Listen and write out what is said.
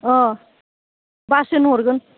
अ बासजों हरगोन